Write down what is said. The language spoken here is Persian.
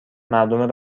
مردم